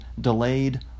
delayed